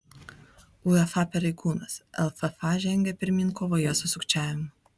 uefa pareigūnas lff žengia pirmyn kovoje su sukčiavimu